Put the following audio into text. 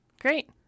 great